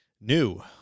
new